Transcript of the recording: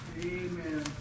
Amen